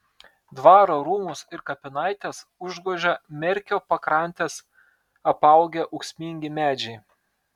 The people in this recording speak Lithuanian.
dvaro rūmus ir kapinaites užgožia merkio pakrantes apaugę ūksmingi medžiai